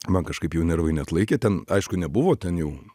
man kažkaip jau nervai neatlaikė ten aišku nebuvo ten jau